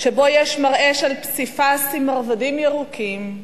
שבו יש מראה של פסיפס עם מרבדים ירוקים,